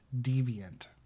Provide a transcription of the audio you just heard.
Deviant